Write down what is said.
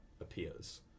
appears